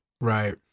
right